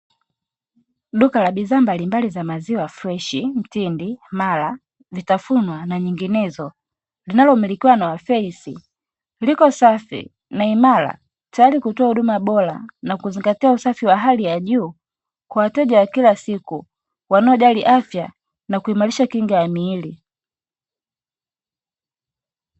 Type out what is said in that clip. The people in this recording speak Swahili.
Duka la bidhaa bidhaa mbalimbali za maziwa freshi, mtindi, mara vitafunwa na nyinginezo linalomilikiwa na wafesi liko safi na imara, tayari kutoa huduma bora na kuzingatia usafi wa hali ya juu kwa wateja wa kila siku wanaojali afya na kuimarisha kinga ya miili.